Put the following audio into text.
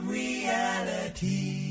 reality